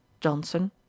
Johnson